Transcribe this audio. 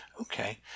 Okay